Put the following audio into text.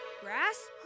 Grass